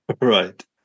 right